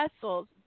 vessels